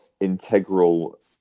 Integral